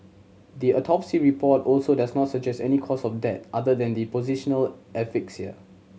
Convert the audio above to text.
the autopsy report also does not suggest any cause of death other than the positional asphyxia